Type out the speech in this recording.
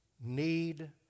need